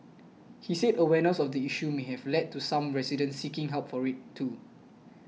he said awareness of the issue may have led to some residents seeking help for it too